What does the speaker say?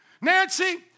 Nancy